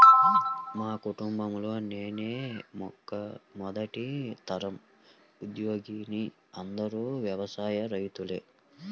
మా కుటుంబంలో నేనే మొదటి తరం ఉద్యోగిని అందరూ వ్యవసాయ రైతులే